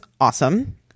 awesome